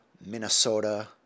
Minnesota